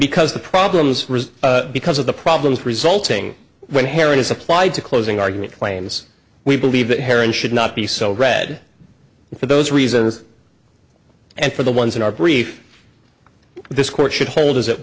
because the problems because of the problems resulting when herring is applied to closing argument claims we believe that hair and should not be so red for those reasons and for the ones in our brief this court should hold as